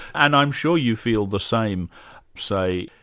and i'm sure you feel the same say,